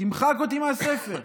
תמחק אותי מהספר,